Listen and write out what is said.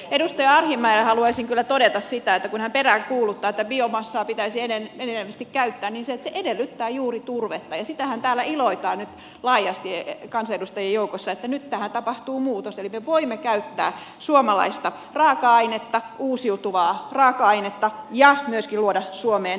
edustaja arhinmäelle haluaisin kyllä todeta että kun hän peräänkuuluttaa että biomassaa pitäisi enenevästi käyttää niin se edellyttää juuri turvetta ja siitähän täällä iloitaan nyt laajasti kansanedustajien joukossa että nyt tähän tapahtuu muutos eli me voimme käyttää suomalaista raaka ainetta uusiutuvaa raaka ainetta ja myöskin luoda suomeen työtä